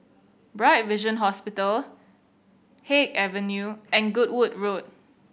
Bright Vision Hospital Haig Avenue and Goodwood Road